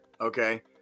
okay